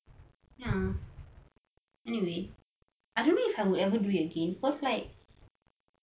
ya anyway I don't know if I would ever do it again cause like